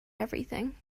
everything